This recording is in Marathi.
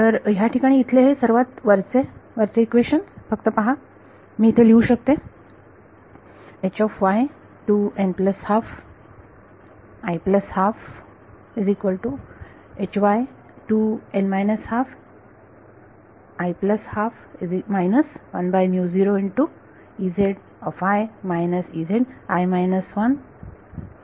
तर ह्या ठिकाणी इथले हे वरचे सर्वात वरचे इक्वेशन फक्त पहा मी इथे लिहू शकते